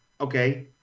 okay